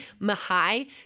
mahai